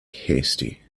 hasty